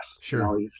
Sure